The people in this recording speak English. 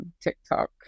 TikTok